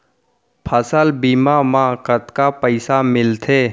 फसल बीमा म कतका पइसा मिलथे?